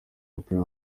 w’umupira